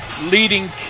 leading